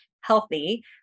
healthy